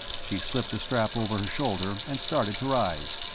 she slipped the strap over her shoulder and started to rise.